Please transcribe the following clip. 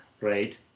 right